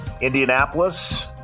Indianapolis